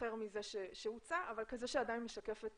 אחר מזה שהוצע אבל כזה שעדיין משקף את